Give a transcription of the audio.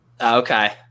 Okay